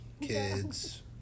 kids